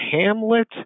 hamlet